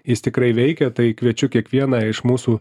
jis tikrai veikia tai kviečiu kiekvieną iš mūsų